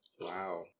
wow